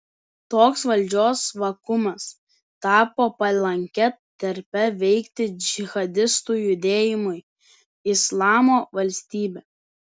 toks valdžios vakuumas tapo palankia terpe veikti džihadistų judėjimui islamo valstybė